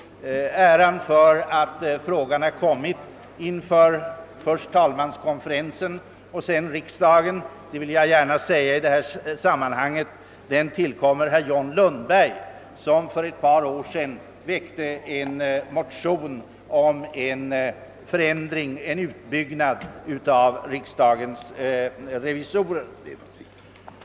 | Äran för att frågan kommit inför först talmanskonferensen och sedan riksdagen tillkommer, det vill jag i detta sammanhang gärna framhålla, herr John Lundberg som för ett par år sedan väckte en motion om en utbyggnad beträffande riksdagens revisorer.